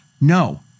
No